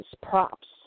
props